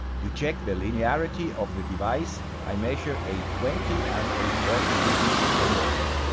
to check the linearity of the device, i measure a twenty and a forty db attenuator.